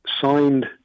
signed